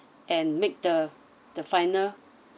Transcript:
and make the the final